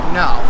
no